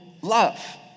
love